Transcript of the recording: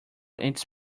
its